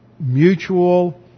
mutual